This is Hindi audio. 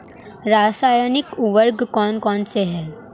रासायनिक उर्वरक कौन कौनसे हैं?